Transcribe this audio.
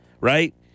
right